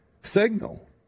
signal